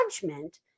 judgment